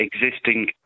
existing